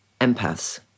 empaths